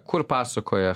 kur pasakoja